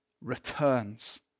returns